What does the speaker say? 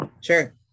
Sure